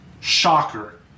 shocker